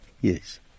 Yes